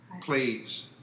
Please